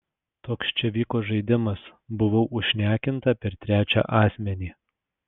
toks čia vyko žaidimas buvau užšnekinta per trečią asmenį